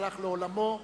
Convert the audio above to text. שהלך לעולמו,